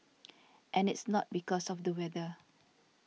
and it's not because of the weather